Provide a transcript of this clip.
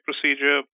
procedure